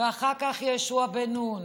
ואחר כך יהושע בן נון,